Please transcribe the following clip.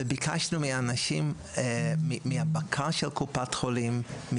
ושאלנו את הבקר של קופת חולים,